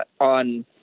on